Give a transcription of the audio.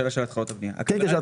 התחלות הבנייה.